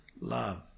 love